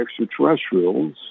extraterrestrials